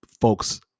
folks